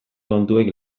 kontuek